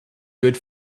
good